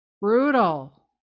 Brutal